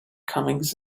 comings